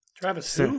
Travis